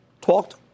talked